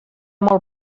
molt